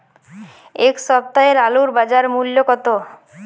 এ সপ্তাহের আলুর বাজার মূল্য কত?